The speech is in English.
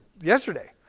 yesterday